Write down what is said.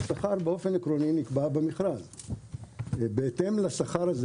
השכר באופן עקרוני נקבע במכרז, ובהתאם לשכר הזה